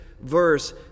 verse